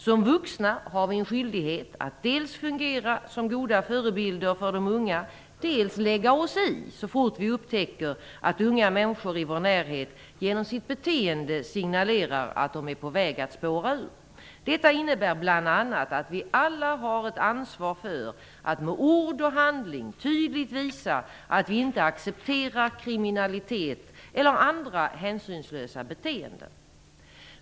Som vuxna har vi en skyldighet att dels fungera som goda förebilder för de unga, dels lägga oss i så snart vi upptäcker att unga människor i vår närhet genom sitt beteende signalerar att de är på väg att spåra ur. Detta innebär bl.a. att vi alla har ett ansvar för att med ord och handling tydligt visa att vi inte accepterar kriminalitet eller andra hänsynslösa beteenden.